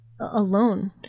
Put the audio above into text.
alone